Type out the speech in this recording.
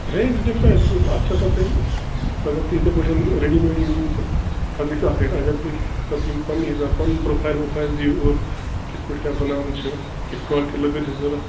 اَتھ چھِ آسان اگر تۄہہِ اِتھَے پٲٹھۍ ریٚڈی میٚڈٕے نِیِو تہٕ تتھ گَژھِ اکھ ریٹ اگر تۄہہِ پتہٕ یِم پنٛنہِ حِساب پنُن پرٚوفایِل وُفایِل دِیِو اورٕ کِتھ پٲٹھۍ کیٛاہ بناوُن چھُ کِتھ کالٹی لٔکٕر چھِ ضوٚرت